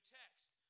text